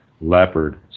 leopard